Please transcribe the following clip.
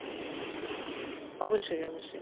অবশ্যই অবশ্যই